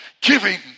giving